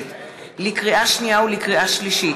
הכנסת לקריאה שנייה ולקריאה שלישית,